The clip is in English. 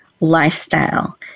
lifestyle